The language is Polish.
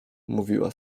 mówiła